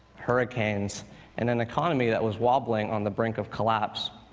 hurricanes and an economy that was wobbling on the brink of collapse,